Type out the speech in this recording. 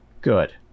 Good